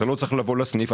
אתה לא צריך לבוא לסניף.